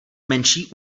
menší